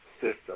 system